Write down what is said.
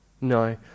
No